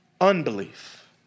Unbelief